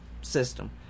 system